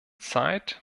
zeit